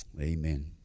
Amen